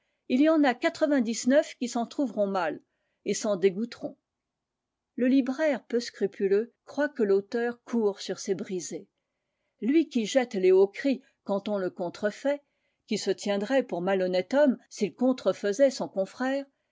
il y en a quatre-vingt-dix-neuf qui s'en trouveront mal et s'en dégoûteront le libraire peu scrupuleux croit que l'auteur court sur ses brisées lui qui jette les hauts cris quand on le contrefait qui se tiendrait pour malhonnête homme s'il contrefaisait son confrère